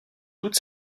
toute